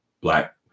black